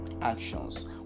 actions